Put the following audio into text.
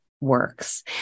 Works